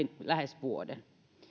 lähes vuoden